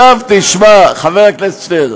אם אתה רוצה, עכשיו תשמע, חבר הכנסת שטרן.